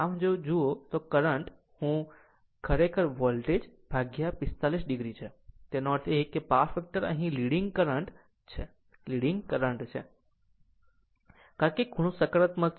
આમ જો જુઓ કે તે કરંટ હું ખરેખર વોલ્ટેજ 45 o છે તેનો અર્થ એ કે પાવર ફેક્ટર અહીં લીડીગ કરંટ છે લીડીગ કરંટ છે કારણ કે ખૂણો સકારાત્મક છે